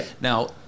Now